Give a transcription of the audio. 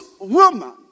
woman